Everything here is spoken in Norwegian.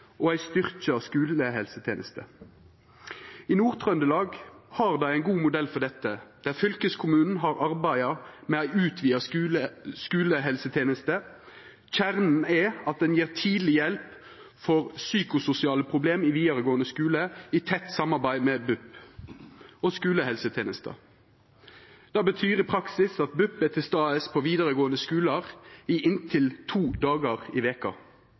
og ei styrkt skulehelseteneste. I Nord-Trøndelag har dei ein god modell for dette, der fylkeskommunen har arbeidd med ei utvida skulehelseteneste. Kjernen er at ein gjev tidleg hjelp for psykososiale problem i vidaregåande skule, i tett samarbeid med BUP og skulehelsetenesta. Det betyr i praksis at BUP er til stades på vidaregåande skular i inntil to dagar i veka.